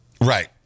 Right